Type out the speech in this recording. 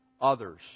others